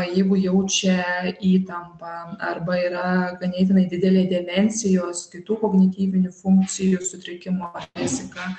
jeigu jaučia įtampą arba yra ganėtinai didelė demencijos kitų kognityvinių funkcijų sutrikimo rizika